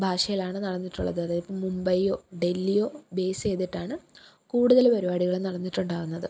ഭാഷയിലാണ് നടന്നിട്ടുള്ളത് അതിപ്പം മുംബൈയൊ ഡെൽഹിയൊ ബേസ് ചെയ്തിട്ടാണ് കുടുതൽ പരിപാടികളും നടന്നിട്ടുണ്ടാകുന്നത്